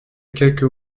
quelques